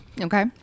Okay